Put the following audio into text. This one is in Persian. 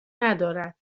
ندارد